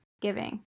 giving